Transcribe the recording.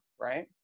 Right